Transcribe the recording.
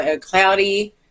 cloudy